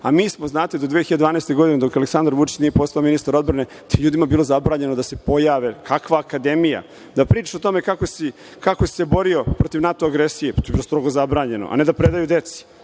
smo, znate, do 2012. godine, dok Aleksandar Vučić nije postao ministar odbrane, tim ljudima je bilo zabranjeno da se pojave, kakva Akademija, da priča o tome kako se borio protiv NATO agresije, to je bilo strogo zabranjeno a ne da predaju deci,